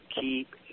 keep